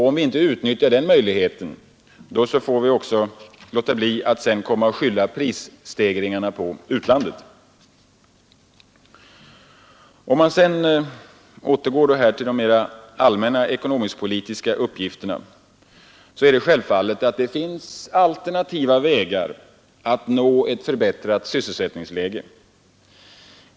Om vi inte utnyttjar den möjligheten, får vi också låta bli att sedan komma och skylla prisstegringarna på utlandet. Om vi sedan återgår till de allmänna ekonomisk-politiska uppgifterna är det självfallet så, att det finns alternativa vägar att nå ett förbättrat sysselsättningsläge.